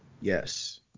yes